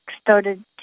started